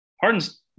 Harden's